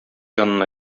янына